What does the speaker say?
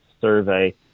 survey